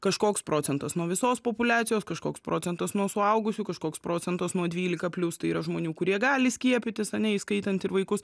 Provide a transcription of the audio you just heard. kažkoks procentas nuo visos populiacijos kažkoks procentas nuo suaugusių kažkoks procentas nuo dvylika plius tai yra žmonių kurie gali skiepytis ar ne įskaitant ir vaikus